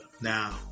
Now